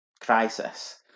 crisis